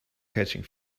catching